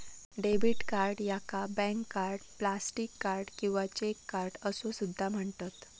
debit card याका bank card, plastic card किंवा cheque card असो सुद्धा म्हणतत